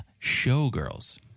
showgirls